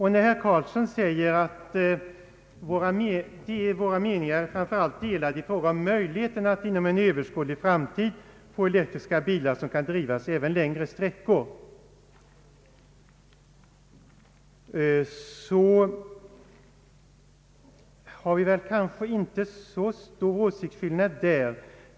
Herr Göran Karlsson säger att våra meningar är delade framför allt i fråga om möjligheterna att inom en överskådlig framtid få elektriska bilar som kan drivas även längre sträckor. Det är kanske inte så stor skillnad mellan våra åsikter därvidlag.